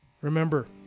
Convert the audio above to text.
Remember